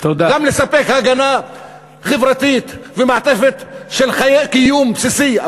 גם לספק הגנה חברתית ומעטפת של חיי קיום בסיסי,